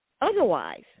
otherwise